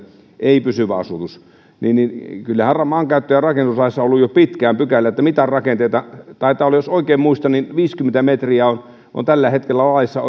ei pysyvä asutus on liian lähellä maantietä kyllähän maankäyttö ja rakennuslaissa on ollut jo pitkään pykälä että mihinkään rakenteisiin taitaa olla niin jos oikein muistan että viisikymmentä metriä on on tällä hetkellä laissa